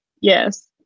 Yes